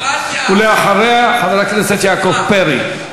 סלימאן, דמוקרטיה, ולאחריה, חבר הכנסת יעקב פרי.